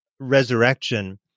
Resurrection